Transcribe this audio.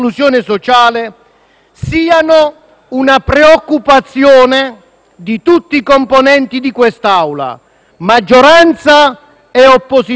siano una preoccupazione di tutti i componenti di questa Assemblea, di maggioranza e di opposizione.